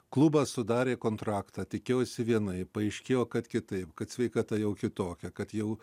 klubas sudarė kontraktą tikėjosi vienaip paaiškėjo kad kitaip kad sveikata jau kitokia kad jau